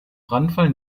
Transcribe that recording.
brandfall